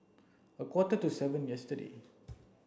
a quarter to seven yesterday